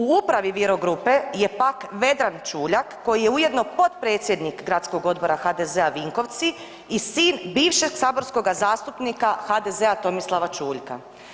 U upravi Viro grupe je pak Vedran Čuljak koji je ujedno potpredsjednik Gradskog odbora HDZ-a Vinkovci i sin bivšeg saborskoga zastupnika HDZ-a Tomislava Čuljka.